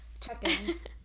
Check-ins